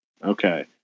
Okay